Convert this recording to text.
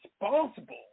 responsible